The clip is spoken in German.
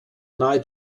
nahe